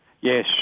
Yes